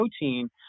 protein